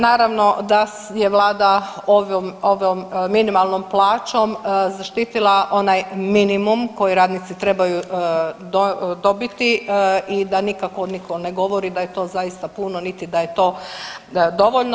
Naravno da je Vlada ovom minimalnom plaćom zaštitila onaj minimum koji radnici trebaju dobiti i da nikako nitko ne govori da je to zaista puno, niti da je to dovoljno.